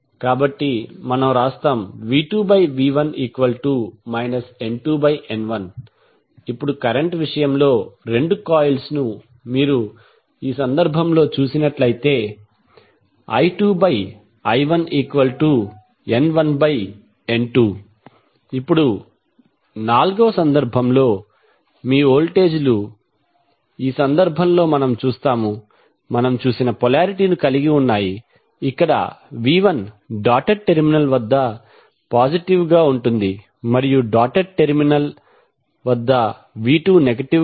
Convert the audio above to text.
కాబట్టి మనము వ్రాస్తాము V2V1 N2N1 ఇప్పుడు కరెంట్ విషయంలో రెండు కాయిల్స్ను మీరు ఈ సందర్భంలో చూస్తే I2I1N1N2 ఇప్పుడు నాల్గవ సందర్భంలో మీ వోల్టేజీలు ఈ సందర్భంలో మనము చూసిన పొలారిటీ ను కలిగి ఉన్నాయి ఇక్కడ V 1 డాటెడ్ టెర్మినల్ వద్ద పాజిటివ్ గా ఉంటుంది మరియు డాటెడ్ టెర్మినల్ వద్ద V 2 నెగటివ్ గా ఉంటుంది